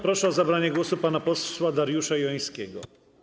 Proszę o zabranie głosu pana posła Dariusza Jońskiego.